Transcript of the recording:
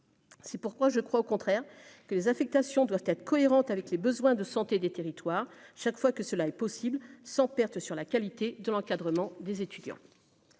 C'est pourquoi je crois au contraire que les affectations doivent être cohérente avec les besoins de santé des territoires, chaque fois que cela est possible sans perte sur la qualité de l'encadrement des étudiants.